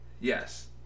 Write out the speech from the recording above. Yes